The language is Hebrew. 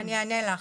אני אענה לך.